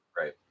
Right